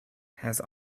has